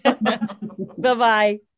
Bye-bye